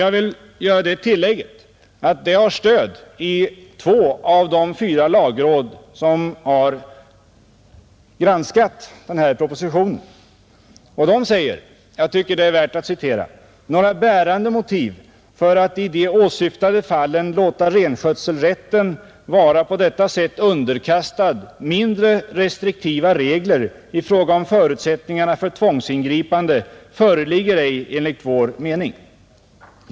Jag vill emellertid göra det tillägget att den uppfattningen har stöd av två av de fyra ledamöterna i lagrådet som har granskat propositionen, De säger: ”Några bärande motiv för att i de åsyftade fallen låta renskötselrätten vara på detta sätt underkastad mindre restriktiva regler i fråga om förutsättningarna för tvångsingripande föreligger ej enligt vår mening.